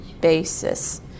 basis